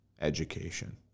education